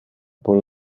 por